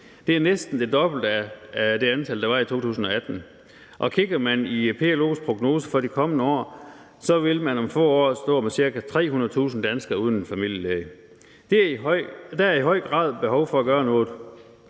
Det er næsten det dobbelte af det antal, der var i 2018, og kigger man i PLO's prognoser for de kommende år, vil man om få år stå med cirka 300.000 danskere uden en familielæge. Der er i høj grad behov for at gøre noget.